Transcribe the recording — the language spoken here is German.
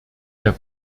der